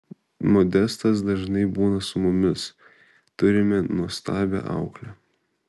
modestas dažnai būna su mumis turime nuostabią auklę